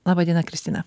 laba diena kristina